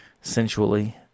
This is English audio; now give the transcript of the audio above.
sensually